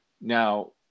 now